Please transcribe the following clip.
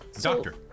Doctor